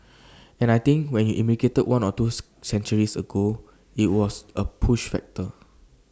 and I think when you emigrated one or twos centuries ago IT was A push factor